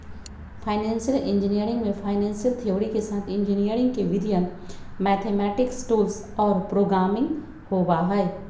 financial engineering में financial theory के साथ इंजीनियरिंग के विधियन, मैथेमैटिक्स टूल्स और प्रोग्रामिंग होबा हई